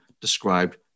described